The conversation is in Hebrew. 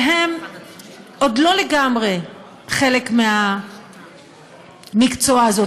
שהם עוד לא לגמרי חלק מהמקצוע הזה,